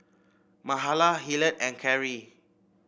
Mahala Hillard and Carry